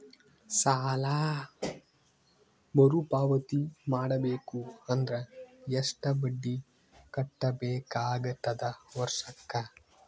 ಸಾಲಾ ಮರು ಪಾವತಿ ಮಾಡಬೇಕು ಅಂದ್ರ ಎಷ್ಟ ಬಡ್ಡಿ ಕಟ್ಟಬೇಕಾಗತದ ವರ್ಷಕ್ಕ?